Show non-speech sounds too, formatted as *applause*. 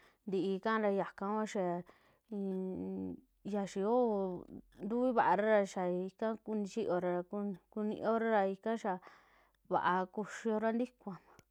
Ntiika ra yaka kuaa xaa nmm ya *hesitation* xaa yoo ntuvivaara. Xaa ika nichioraa ra kuioora ra ika xaa vaa kuxiora ntikua.